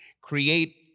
create